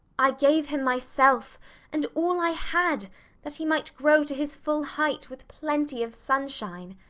i gave him myself and all i had that he might grow to his full height with plenty of sunshine.